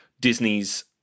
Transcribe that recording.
Disney's